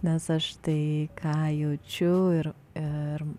nes aš tai ką jaučiu ir ir